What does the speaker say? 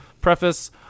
preface